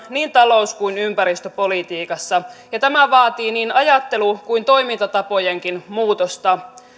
niin talous kuin ympäristöpolitiikassakin ja tämä vaatii niin ajattelu kuin toimintatapojenkin muutosta